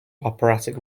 operatic